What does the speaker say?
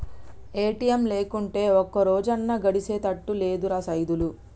ATM లేకుంటే ఒక్కరోజన్నా గడిసెతట్టు లేదురా సైదులు